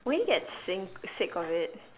won't you get sick sick of it